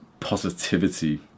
positivity